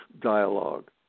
dialogue